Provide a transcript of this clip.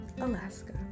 Alaska